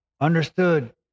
understood